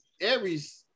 Aries